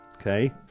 okay